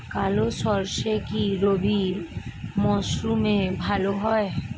কালো সরষে কি রবি মরশুমে ভালো হয়?